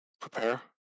Prepare